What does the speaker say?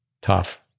tough